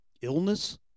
Illness